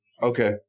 Okay